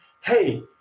hey